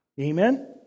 Amen